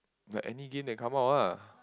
like any game that come out lah